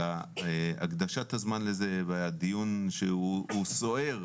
על הקדשת הזמן לזה והדיון שהוא סוער,